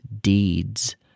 deeds